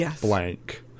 blank